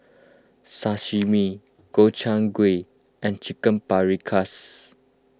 Sashimi Gobchang Gui and Chicken Paprikas